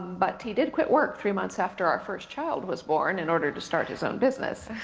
but he did quit work three months after our first child was born in order to start his own business.